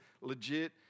legit